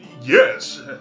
yes